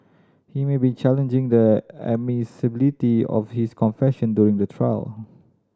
he may be challenging the admissibility of his confession during the trial